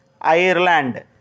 Ireland